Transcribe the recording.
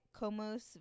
Comos